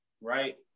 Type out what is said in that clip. right